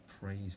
praise